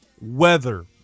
weather